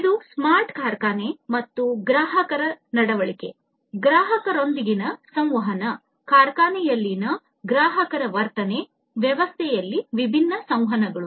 ಇದು ಸ್ಮಾರ್ಟ್ ಕಾರ್ಖಾನೆ ಮತ್ತು ಗ್ರಾಹಕರ ನಡವಳಿಕೆ ಗ್ರಾಹಕರೊಂದಿಗಿನ ಸಂವಹನ ಕಾರ್ಖಾನೆಯಲ್ಲಿನ ಗ್ರಾಹಕರ ವರ್ತನೆ ವ್ಯವಸ್ಥೆಯಲ್ಲಿ ವಿಭಿನ್ನ ಸಂವಹನಗಳು